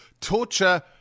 torture